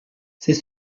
c’est